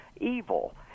evil